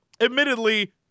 admittedly